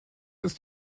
ist